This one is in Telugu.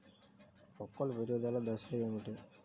మొక్కల పెరుగుదల దశలు ఏమిటి?